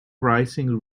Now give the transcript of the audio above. rising